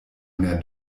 mehr